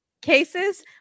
cases